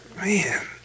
man